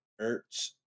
Ertz